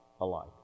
alike